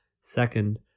Second